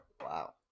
Wow